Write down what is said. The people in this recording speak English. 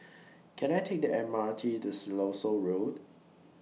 Can I Take The M R T to Siloso Road